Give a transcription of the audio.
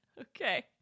Okay